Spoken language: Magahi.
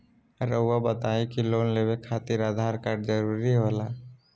रौआ बताई की लोन लेवे खातिर आधार कार्ड जरूरी होला?